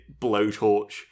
blowtorch